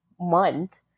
month